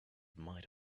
might